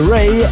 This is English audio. Ray